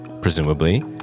presumably